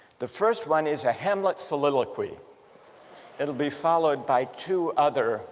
the first one is a hamlet soliloquy it'll be followed by two other